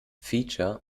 feature